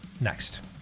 next